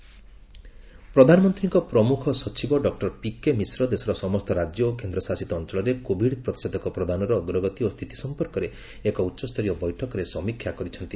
Covid ହାଇଲେବୁଲ୍ meet ପ୍ରଧାନମନ୍ତ୍ରୀଙ୍କ ପ୍ରମୁଖ ସଚିବ ଡକୁର ପିକେ ମିଶ୍ର ଦେଶର ସମସ୍ତ ରାଜ୍ୟ ଓ କେନ୍ଦ୍ରଶାସିତ ଅଞ୍ଚଳରେ କୋଭିଡ ପ୍ରତିଷେଧକ ପ୍ରଦାନର ଅଗ୍ରଗତି ଓ ସ୍ଥିତି ସଂପର୍କରେ ଏକ ଉଚ୍ଚସ୍ତରୀୟ ବୈଠକରେ ସମୀକ୍ଷା କରିଛନ୍ତି